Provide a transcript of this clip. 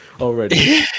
already